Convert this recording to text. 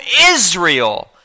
Israel